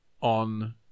on